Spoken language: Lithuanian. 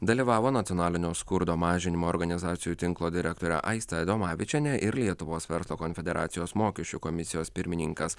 dalyvavo nacionalinio skurdo mažinimo organizacijų tinklo direktorė aistė adomavičienė ir lietuvos verslo konfederacijos mokesčių komisijos pirmininkas